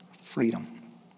freedom